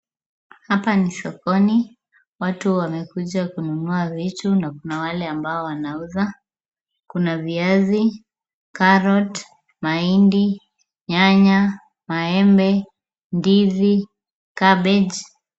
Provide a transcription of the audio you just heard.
Hapa ni sokoni. Watu wamekuja kununua vitu na kuna wale ambao wanauza. Kuna viazi, carrot , mahindi, nyanya, maembe, ndizi, cabbage .